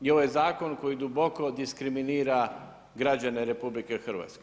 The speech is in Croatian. I ovaj zakon koji duboko diskriminira građane RH.